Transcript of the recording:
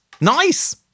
Nice